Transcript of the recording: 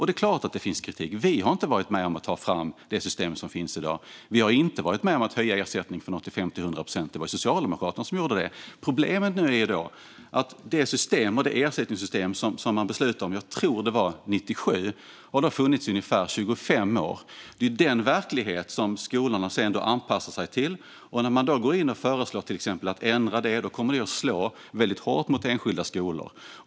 Det är klart att det finns kritik. Vi har inte varit med om att ta fram det system som finns i dag. Vi har inte varit med om att höja ersättningen från 85 till 100 procent. Det var Socialdemokraterna som gjorde det. Problemet nu gäller det ersättningssystem som man beslutade om 1997, tror jag att det var, och som har funnits i ungefär 25 år. Det är den verkligheten som skolorna har anpassat sig till. När man då föreslår att ändra exempelvis det kommer det att slå hårt mot enskilda skolor.